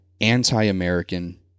anti-American